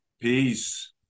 Peace